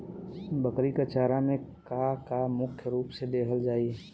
बकरी क चारा में का का मुख्य रूप से देहल जाई?